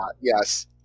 Yes